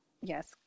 Yes